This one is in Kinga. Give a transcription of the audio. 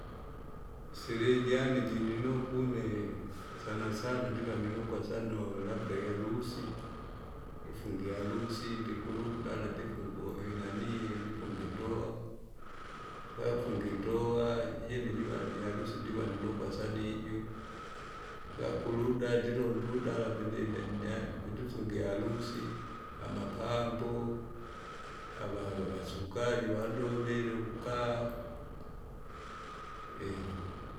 Usirijane jininokwa une, isanasana ndiva ndinokwa sana ulu labda iharusi, ufungir iharusi, ndikuludala ndifungue inanii nifunge ndoa. Tukafunge ndoa jijene jiva niharusi ndiva ndinokwa sana ijo, chakuluda ndilonde udala pendine ne pendifunge iharusi, amapambo, avavavasungaji vandowile ukukaa.